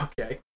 Okay